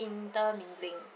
intermingling